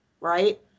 Right